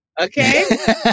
Okay